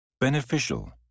Beneficial